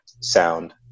sound